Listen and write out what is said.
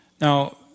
now